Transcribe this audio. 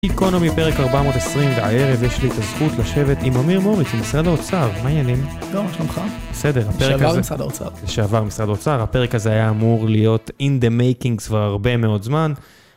איקונומי, פרק 420, הערב יש לי את הזכות לשבת עם עמיר מוריץ, משרד האוצר, מה העניינים? טוב, שלומך. בסדר, הפרק הזה... לשעבר משרד האוצר. לשעבר משרד האוצר, הפרק הזה היה אמור להיות in the making כבר הרבה מאוד זמן.